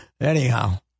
anyhow